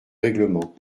règlement